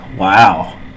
wow